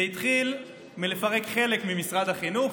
זה התחיל מלפרק חלק ממשרד החינוך,